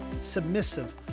submissive